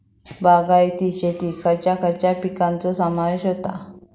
बागायती शेतात खयच्या खयच्या पिकांचो समावेश होता?